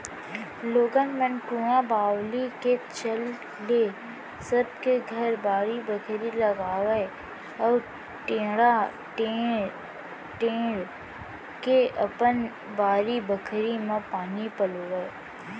लोगन मन कुंआ बावली के चल ले सब के घर बाड़ी बखरी लगावय अउ टेड़ा टेंड़ के अपन बारी बखरी म पानी पलोवय